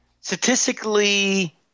statistically